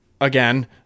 again